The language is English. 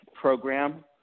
program